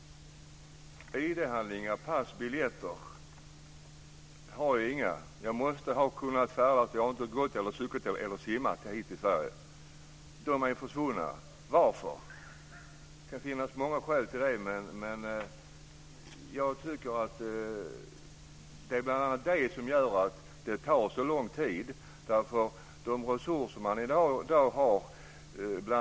ID-handlingar, pass och biljetter har jag inga. Han måste ha färdats hit till Sverige, eftersom han inte har gått, cyklat eller simmat. Handlingarna är försvunna. Varför? Det kan finnas många skäl till detta, men det är bl.a. detta som gör att det tar så lång tid.